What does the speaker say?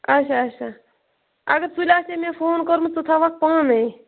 اچھا اچھا اگر سُلہ آسہے مےٚ فون کوٚرمُت ژٕ تھاوہَکھ پانے